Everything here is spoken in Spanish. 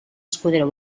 escudero